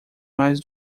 mais